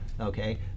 okay